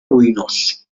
ruïnós